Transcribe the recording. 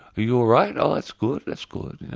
are you all right, oh that's good, that's good.